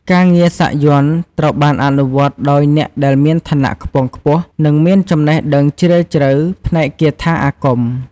ការងារសាក់យ័ន្តត្រូវបានអនុវត្តដោយអ្នកដែលមានឋានៈខ្ពង់ខ្ពស់ និងមានចំណេះដឹងជ្រាលជ្រៅផ្នែកគាថាអាគម។